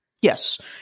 Yes